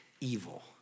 evil